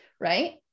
right